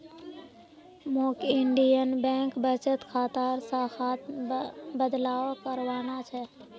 मौक Indian Bank बचत खातार शाखात बदलाव करवाना छ